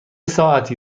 ساعتی